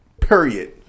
Period